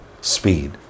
speed